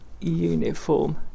uniform